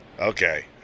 Okay